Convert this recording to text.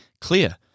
clear